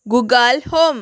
Google home